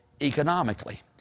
economically